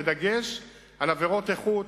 בדגש ב"עבירות איכות",